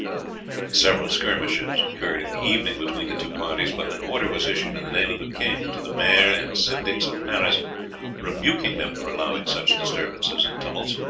several skirmishes occurred in the evening between the two parties, but an order was issued in the name of the king to the maire and syndics of paris rebuking them for allowing such disturbances and tumults,